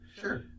sure